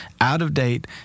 out-of-date